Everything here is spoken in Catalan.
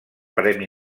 premi